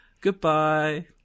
Goodbye